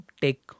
take